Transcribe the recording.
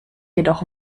jedoch